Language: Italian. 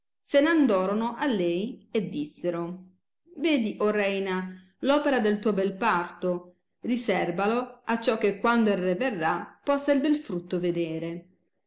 se n'andorono a lei e dissero vedi orena l opera del tuo bel parto riserbalo acciò che quando il re verrà possa il bel frutto vedere